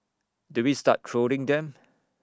do we start trolling them